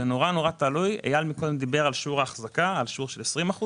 אייל דיבר קודם על שיעור החזקה של 20%,